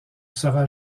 sera